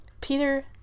Peter